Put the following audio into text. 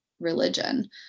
religion